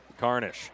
Carnish